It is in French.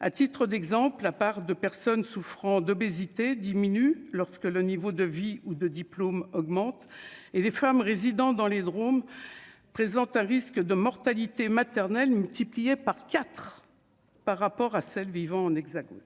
à titre d'exemple, la part de personnes souffrant d'obésité diminue lorsque le niveau de vie ou de diplôme augmente et les femmes résidant dans les Drom présente un risque de mortalité maternelle multiplié par 4 par rapport à celles vivant en hexagone